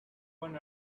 one